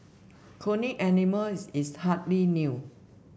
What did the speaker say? cloning animals is hardly new